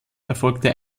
erfolgte